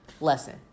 lesson